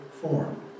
form